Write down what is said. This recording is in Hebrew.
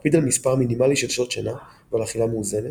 להקפיד על מספר מינימלי של שעות שינה ועל אכילה מאוזנת,